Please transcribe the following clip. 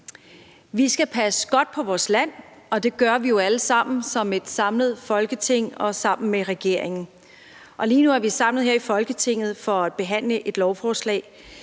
Vi skal passe godt på vores land, og det gør vi jo alle sammen som et samlet Folketing og sammen med regeringen. Og lige nu er vi kun samlet her i Folketinget for at behandle lovforslag,